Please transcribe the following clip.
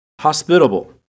Hospitable